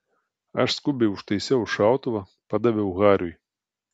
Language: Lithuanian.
aš skubiai užtaisiau šautuvą padaviau hariui